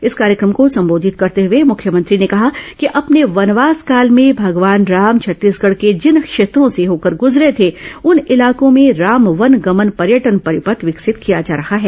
इस कार्यक्रम को संबोधित करते हुए मुख्यमंत्री ने कहा कि अपने वनवास काल में भगवान राम छत्तीसगढ़ के जिन क्षेत्रों से होकर गुजरे थे उन इलाको में राम वनगमन पर्यटन परिपथ विकसित किया जा रहा है